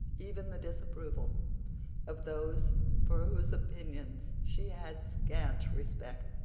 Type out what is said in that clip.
even the disapproval of those for whose opinions she had scant respect.